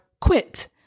quit